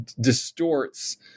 distorts